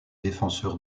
défenseur